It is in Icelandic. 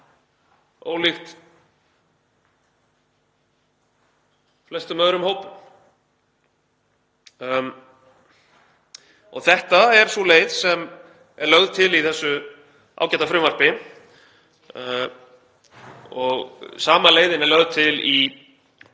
Þetta er sú leið sem er lögð til í þessu ágæta frumvarpi og sama leiðin er lögð til í